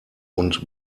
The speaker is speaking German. und